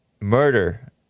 murder